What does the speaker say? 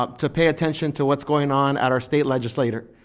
ah to pay attention to what's going on at our state legislator